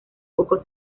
poco